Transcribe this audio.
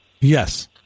Yes